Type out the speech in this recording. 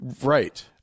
right